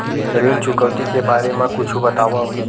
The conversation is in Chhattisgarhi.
ऋण चुकौती के बारे मा कुछु बतावव?